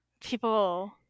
people